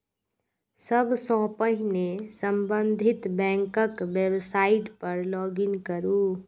सबसं पहिने संबंधित बैंकक वेबसाइट पर लॉग इन करू